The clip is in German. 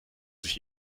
sich